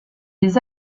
des